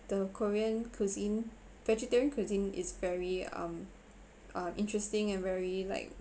the korean cuisine vegetarian cuisine is very um uh interesting and very like